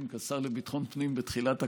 כשר לביטחון הפנים בתחילת הקדנציה.